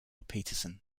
peterson